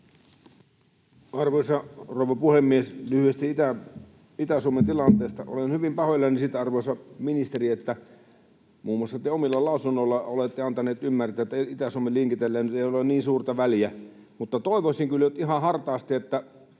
Arvoisa rouva puhemies! Lyhyesti Itä-Suomen tilanteesta. Olen hyvin pahoillani siitä, arvoisa ministeri, että muun muassa te omilla lausunnoilla olette antaneet ymmärtää, että Itä-Suomen liikenteellä nyt ei ole niin suurta väliä, mutta toivoisin kyllä nyt ihan hartaasti...